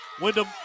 Wyndham